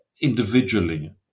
individually